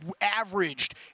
averaged